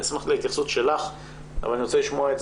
אני אשמח להתייחסות שלך אבל אני רוצה לשמוע גם